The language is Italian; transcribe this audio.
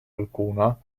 alcuna